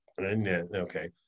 okay